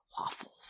Waffles